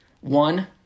one